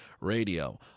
radio